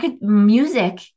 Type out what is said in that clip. music